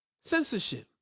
censorship